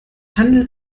handelt